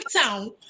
town